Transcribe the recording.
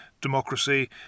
democracy